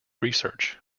research